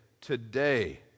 today